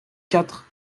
quatre